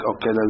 Okay